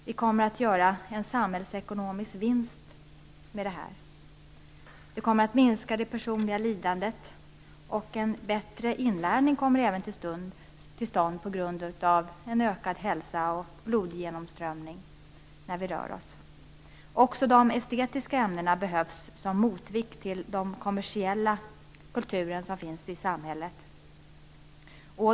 Vi kommer att göra en samhällsekonomisk vinst med detta. Det kommer att minska det personliga lidandet. En bättre inlärning kommer också till stånd på grund av en bättre hälsa och ökad blodgenomströmning när vi rör oss. Även de estetiska ämnena behövs som motvikt till den kommersiella kultur som finns i samhället.